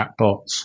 chatbots